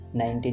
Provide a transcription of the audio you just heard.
19